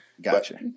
Gotcha